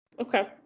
Okay